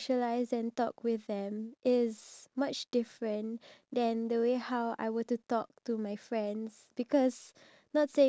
see what they are doing first because I feel like if I were to just barge in and talk to them then maybe could affect their mood